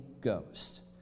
Ghost